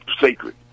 sacred